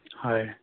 হয়